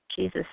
Jesus